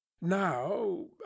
Now